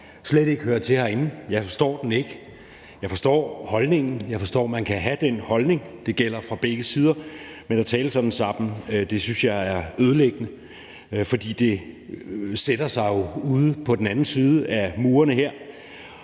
slet ikke hører til herinde. Jeg forstår den ikke. Jeg forstår holdningen, jeg forstår, at man kan have den holdning, det gælder for begge sider, men at tale sådan sammen synes jeg er ødelæggende, for det sætter sig jo ude på den anden side af murene her.